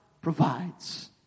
provides